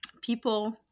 People